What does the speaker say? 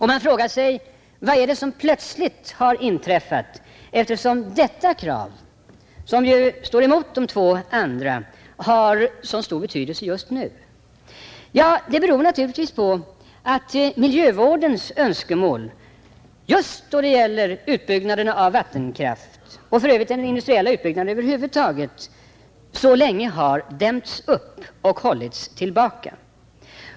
Man frågar sig: Vad är det som plötsligt har inträffat, eftersom detta krav, som ju står emot de två andra, har sådan stor betydelse just nu? Det beror naturligtvis på att miljövårdens önskemål just då det gäller utbyggnaderna av vattenkraft — och den industriella utbyggnaden över huvud taget — så länge har dämts upp och hållits tillbaka.